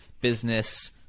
business